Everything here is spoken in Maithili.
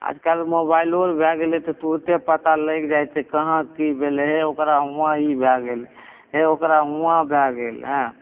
आजकल मोबाइलो आर भए गेलै तऽ तुरते पता लगि जाइ छै जे कहाँ की भेलै यौ हे ओकरा हुआँ ई भए गेलै हँ ओकरा हुआँ भए गेल आयँ